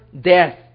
death